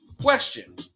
question